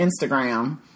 Instagram